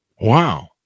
wow